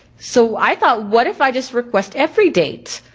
so i thought, what if i just request every date.